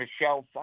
Michelle